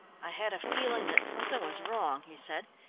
i had a feeling that something was wrong, he said,